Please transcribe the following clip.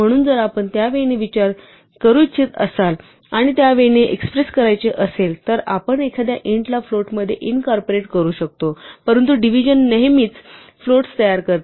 म्हणून जर आपण त्या वे ने विचार करू इच्छित असाल आणि त्या वे ने एक्स्प्रेस करायचे असेल तर आपण एखाद्या इंटला फ्लोटमध्ये इनकॉर्पोरेट करू शकतो परंतु डिव्हिजन नेहमीच फ्लोट्स तयार करतो